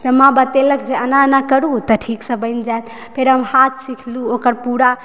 तऽ माँ बतेलक जे एना एना करू तऽ ठीक सऽ बनि जायत फेर हम हाथ सिखलहुॅं ओकर पूरा